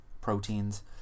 proteins